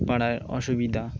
পাড়ায় অসুবিধা